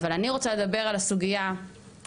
אבל אני רוצה לדבר על סוגיית הבסיס,